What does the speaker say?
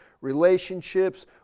relationships